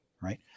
Right